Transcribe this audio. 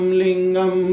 lingam